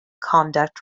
conduct